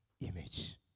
image